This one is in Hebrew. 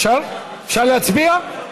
אפשר להצביע?